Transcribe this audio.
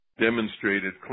demonstrated